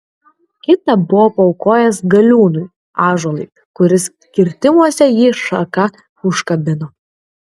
kitą buvo paaukojęs galiūnui ąžuolui kuris kirtimuose jį šaka užkabino